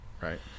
right